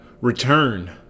Return